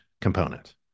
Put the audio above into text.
component